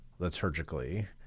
liturgically